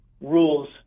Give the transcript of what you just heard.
rules